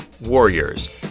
warriors